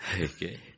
Okay